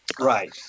Right